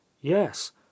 yes